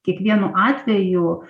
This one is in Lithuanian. kiekvienu atveju